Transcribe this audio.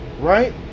right